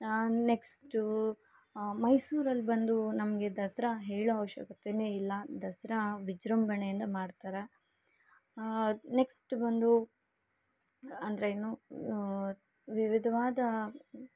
ಆಂ next ಮೈಸೂರಲ್ಲಿ ಬಂದೂ ನಮಗೆ ದಸರ ಹೇಳೋ ಅವಶ್ಯಕತೆಯೇ ಇಲ್ಲ ದಸರಾ ವಿಜೃಂಬಣೆಯಿಂದ ಮಾಡ್ತಾರೆ ನೆಕ್ಸ್ಟ್ ಬಂದು ಅಂದ್ರೇನು ವಿವಿಧ್ವಾದ